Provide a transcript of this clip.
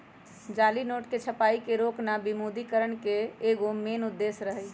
जाली नोट के छपाई के रोकना विमुद्रिकरण के एगो मेन उद्देश्य रही